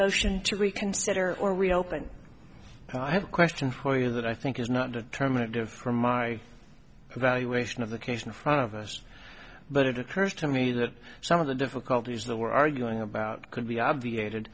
motion to reconsider or reopen i have a question for you that i think is not determinative from my evaluation of the case in front of us but it occurs to me that some of the difficulties that we're arguing about could be obviated